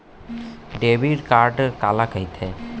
Debit card काला कहिथे?